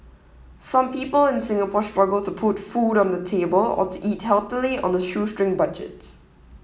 some people in Singapore struggle to put food on the table or to eat healthily on a shoestring budget